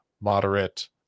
moderate